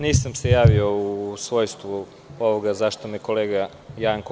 Nisam se javio u svojstvu ovoga zašta me je kolega Janko